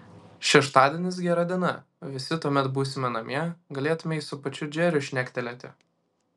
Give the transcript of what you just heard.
šeštadienis gera diena visi tuomet būsime namie galėtumei su pačiu džeriu šnektelėti